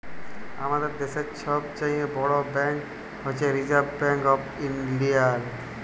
আমাদের দ্যাশের ছব চাঁয়ে বড় ব্যাংক হছে রিসার্ভ ব্যাংক অফ ইলডিয়া